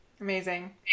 Amazing